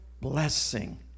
blessing